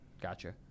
gotcha